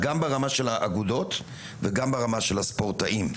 גם ברמה של האגודות וגם ברמה של הספורטאים.